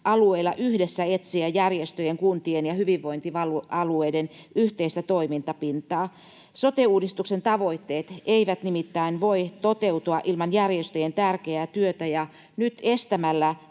alueilla yhdessä etsiä järjestöjen, kuntien ja hyvinvointialueiden yhteistä toimintapintaa. Sote-uudistuksen tavoitteet eivät nimittäin voi toteutua ilman järjestöjen tärkeää työtä, ja nyt estämällä